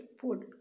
food